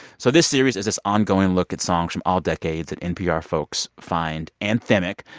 so this series is this ongoing look at songs from all decades that npr folks find anthemic.